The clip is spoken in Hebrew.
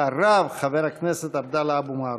אחריו, חבר הכנסת עבדאללה אבו מערוף.